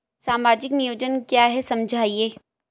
सामाजिक नियोजन क्या है समझाइए?